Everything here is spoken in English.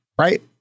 right